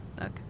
Okay